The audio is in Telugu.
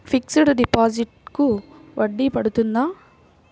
ఫిక్సడ్ డిపాజిట్లకు వడ్డీ పడుతుందా?